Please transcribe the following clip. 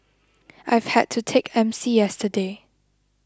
I've had to take M C yesterday